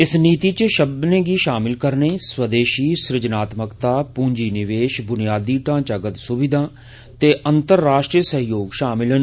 इस नीति च सब्बनें गी षामल करने स्वदेषी सृजनात्मकता पूंजी निवेष बुनियादी ढांचागत सुविधा ते अंतर्राष्ट्रीय सैह्योग षामल न